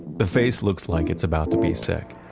the face looks like it's about to be sick